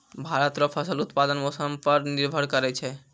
भारत रो फसल उत्पादन मौसम पर निर्भर करै छै